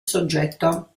soggetto